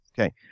Okay